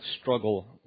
struggle